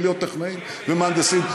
ולהיות טכנאים ומהנדסים.